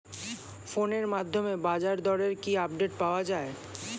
ফোনের মাধ্যমে বাজারদরের কি আপডেট পাওয়া যায়?